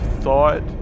thought